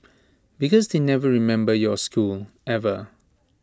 because they never remember your school ever